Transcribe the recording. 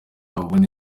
ubundi